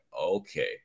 okay